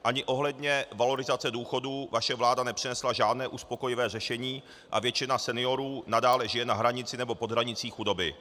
Ani ohledně valorizace důchodů vaše vláda nepřinesla žádné uspokojivé řešení a většina seniorů nadále žije na hranici nebo pod hranicí chudoby.